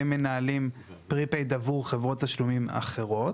הם מנהלים "פרי-פייד", עבור חברות תשלומים אחרות.